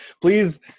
please